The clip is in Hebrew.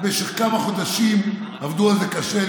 במשך כמה חודשים עבדו על זה קשה,